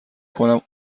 کنم